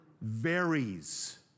varies